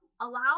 allow